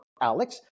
Alex